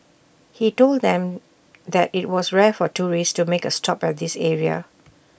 he told them that IT was rare for tourists to make A stop at this area